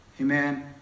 Amen